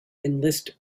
enlist